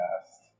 past